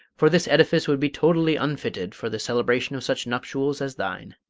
for this edifice would be totally unfitted for the celebration of such nuptials as thine.